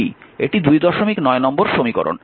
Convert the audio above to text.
এটি 29 নম্বর সমীকরণ